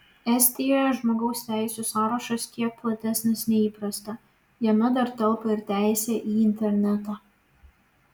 estijoje žmogaus teisių sąrašas kiek platesnis nei įprasta jame dar telpa ir teisė į internetą